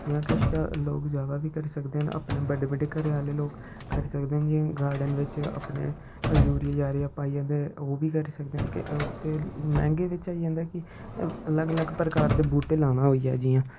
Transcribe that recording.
जां किश लोग ज्यादा बी करी सकदे न अपने बड्डे बड्डे घरैआह्ले लोग करी सकदे न जियां गार्डन बिच्च अपने यूरिया जारिया पाइयै ते ओह् बी करी सकदे न कि मैंह्गे बिच्च आई जंदा कि अलग अलग प्रकार दे बूह्टे लाना